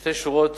שתי שורות